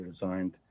designed